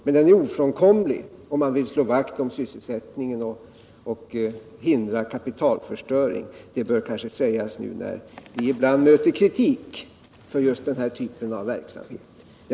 Men den är ofrånkomlig om man vill slå vakt om sysselsättningen och hindra kapitalförstöring. Det bör kanske sägas nu, eftersom vi ibland möter kritik för just denna typ av verksamhet.